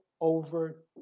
over